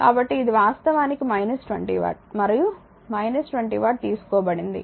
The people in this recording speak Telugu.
కాబట్టి ఇది వాస్తవానికి 20 వాట్ మరియు 20 వాట్ తీసుకోబడింది